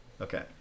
Okay